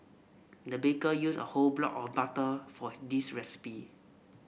the baker used a whole block or butter for this recipe